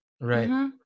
Right